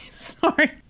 sorry